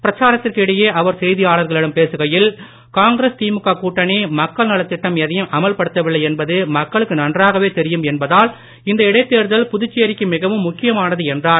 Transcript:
பிரச்சாரத்திற்கு இடையே அவர் செய்தியாளர்களிடம் பேசுகையில் காங்கிரஸ் திமுக கூட்டணி மக்கள்நலத் திட்டம் எதையம் அமல்படுத்தவில்லை என்பது மக்களுக்கு நன்றாகவே தெரியும் என்பதால் இந்த இடைத்தேர்தல் புதுச்சேரிக்கு மிகவும் முக்கியமானது என்றார்